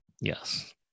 Yes